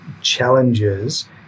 challenges